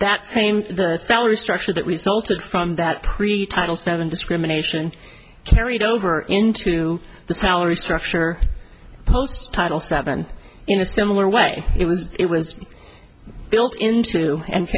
that same salary structure that resulted from that pre title seven discrimination carried over into the salary structure post title seven in a similar way it was it was built into and